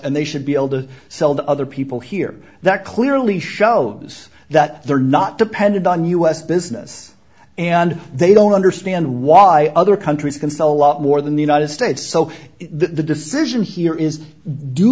and they should be able to sell the other people here that clearly shows that they're not dependent on us business and they don't understand why other countries can sell a lot more than the united states so the decision here is do